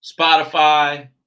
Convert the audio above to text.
Spotify